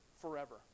forever